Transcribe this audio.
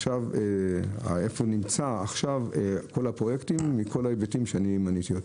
ואיפה נמצאים עכשיו כל הפרויקטים מכל ההיבטים שמניתי.